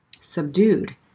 subdued